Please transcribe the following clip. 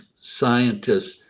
scientists